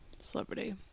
Celebrity